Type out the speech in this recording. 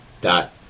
dot